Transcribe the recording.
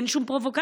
אין שום פרובוקציה.